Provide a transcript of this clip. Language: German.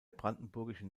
brandenburgischen